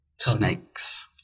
Snakes